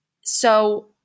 So-